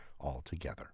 altogether